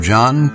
John